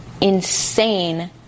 insane